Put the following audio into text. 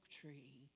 tree